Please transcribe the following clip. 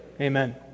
Amen